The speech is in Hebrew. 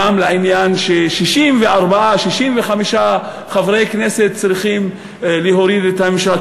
גם לעניין ש-64 65 חברי כנסת צריכים להוריד את הממשלה.